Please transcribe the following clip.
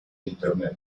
internet